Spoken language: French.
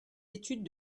études